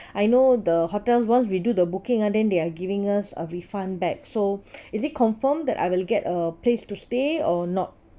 I know the hotels once we do the booking ah then they are giving us a refund back so is it confirmed that I will get a place to stay or not